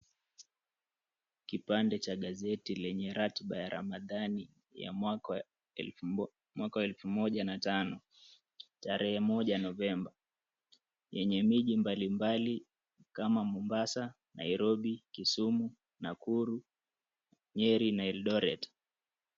Kipande cha gazeti lenye ratiba ya ramadhani ya mwaka wa elfu moja na tano, tarehe moja Novemba. Yenye miji mbalimbali kama Mombasa, Nairobi, Kisumu , Nakuru, Nyeri na Eldoret.